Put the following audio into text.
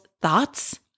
thoughts